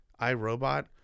iRobot